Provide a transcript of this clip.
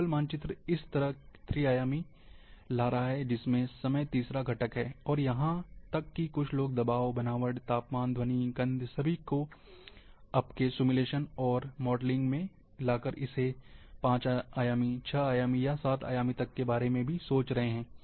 Google मानचित्र इस तरह त्री आयामी ला रहा है जिसमें समय तीसरा घटक है और यहां तक कि कुछ लोग दबाव बनावट तापमान ध्वनि गंध सभी को आपके सिमुलेशन और मॉडलिंग में लाकर इसे पाँच आयामी छः आयामी या सात आयामी तक करने के बारे में भी सोच रहे हैं